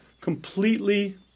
completely